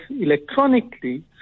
electronically